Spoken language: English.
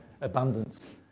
abundance